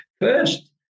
First